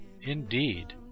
indeed